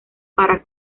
para